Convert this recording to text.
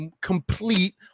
complete